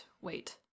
wait